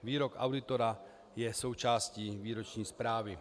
Výrok auditora je součástí výroční zprávy.